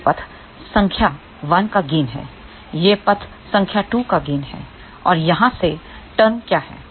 यह पथ संख्या 1 का गेन है यह पथ संख्या 2 का गेन है और यहां ये टर्म क्या हैं